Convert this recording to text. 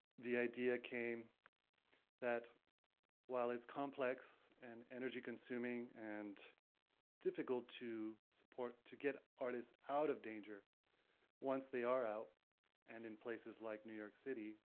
the idea came that while it's complex and energy-consuming and difficult to support, to get artists out of danger once they are out and in places like new york city,